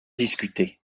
discuter